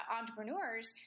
entrepreneurs